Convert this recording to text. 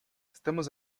estamos